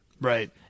Right